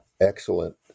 excellent